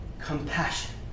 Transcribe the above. compassion